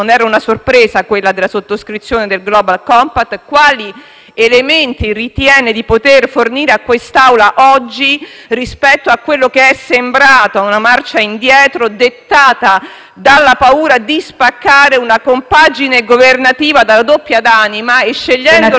elementi ritiene di poter fornire a quest'Assemblea oggi rispetto a quella che è sembrata una marcia indietro dettata dalla paura di spaccare una compagine governativa dalla doppia anima, scegliendo quella del Parlamento come una via di fuga?